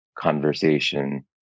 conversation